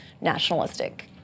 nationalistic